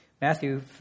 Matthew